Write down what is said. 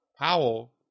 Powell